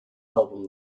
album